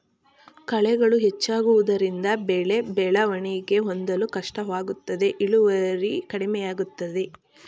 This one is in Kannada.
ಕಳೆಗಳು ಹೆಚ್ಚಾಗುವುದರಿಂದ ಬೆಳೆ ಬೆಳವಣಿಗೆ ಹೊಂದಲು ಕಷ್ಟವಾಗುತ್ತದೆ ಇಳುವರಿ ಕಡಿಮೆಯಾಗುತ್ತದೆ